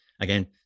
Again